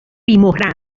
بیمهره